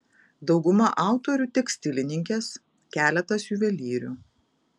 dauguma autorių tekstilininkės keletas juvelyrių